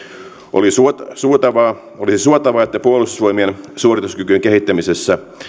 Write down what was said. olisi suotavaa olisi suotavaa että puolustusvoimien suorituskykyjen